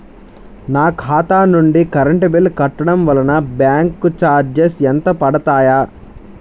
నా ఖాతా నుండి కరెంట్ బిల్ కట్టడం వలన బ్యాంకు చార్జెస్ ఎంత పడతాయా?